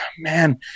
man